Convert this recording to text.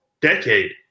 decade